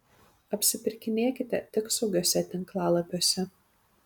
apsipirkinėkite tik saugiuose tinklalapiuose